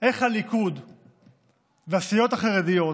איך הליכוד והסיעות החרדיות